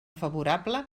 favorable